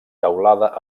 teulada